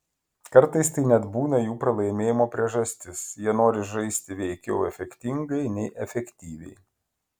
kartais tai net būna jų pralaimėjimo priežastis jie nori žaisti veikiau efektingai nei efektyviai